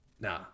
Nah